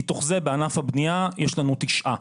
מתוך זה בענף הבנייה יש לנו תשעה,